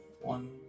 One